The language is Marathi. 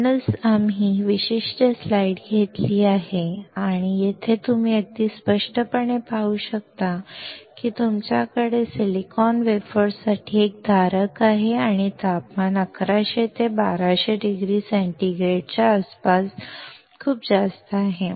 म्हणूनच आम्ही ही विशिष्ट स्लाइड घेतली आहे आणि येथे तुम्ही अगदी स्पष्टपणे पाहू शकता की तुमच्याकडे सिलिकॉन वेफर्ससाठी एक धारक आहे आणि तापमान 1100 ते 1200 डिग्री सेंटीग्रेडच्या आसपास खूप जास्त आहे